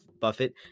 Buffett